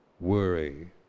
Worry